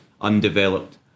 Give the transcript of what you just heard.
undeveloped